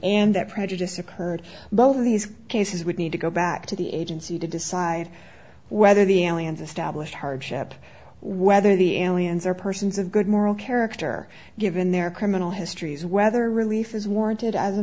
that prejudice occurred both of these cases would need to go back to the agency to decide whether the allianz established hardship whether the aliens or persons of good moral character given their criminal histories whether relief is warranted as a